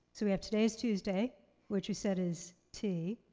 so we have today's tuesday which we said is t.